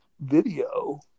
video